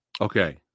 Okay